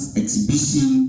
exhibition